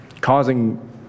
causing